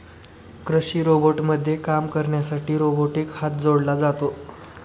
कृषी रोबोटमध्ये काम करण्यासाठी रोबोटिक हात जोडला जातो